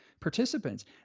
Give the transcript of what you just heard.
Participants